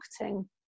marketing